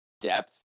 depth